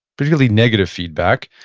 particularly negative feedback,